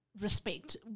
respect